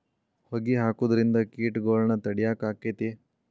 ಹೊಗಿ ಹಾಕುದ್ರಿಂದ ಕೇಟಗೊಳ್ನ ತಡಿಯಾಕ ಆಕ್ಕೆತಿ?